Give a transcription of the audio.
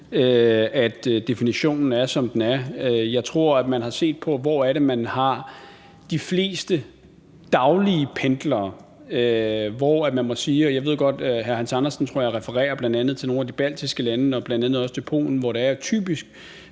at definitionen er, som den er. Jeg tror, at man har set på, hvor det er, man har de fleste daglige pendlere. Jeg ved godt, tror jeg, at hr. Hans Andersen bl.a. refererer til nogle af de baltiske lande og bl.a. også til Polen. Og der er det